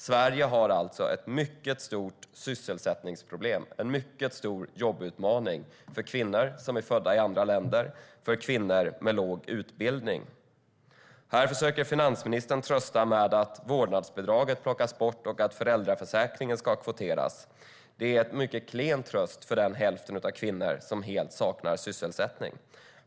Sverige har alltså ett mycket stort sysselsättningsproblem och en mycket stor jobbutmaning när det gäller kvinnor som är födda i andra länder och när det gäller kvinnor med låg utbildning. Här försöker finansministern trösta med att vårdnadsbidraget plockas bort och att föräldraförsäkringen ska kvoteras. Det är en mycket klen tröst för den hälft av kvinnorna som helt saknar sysselsättning.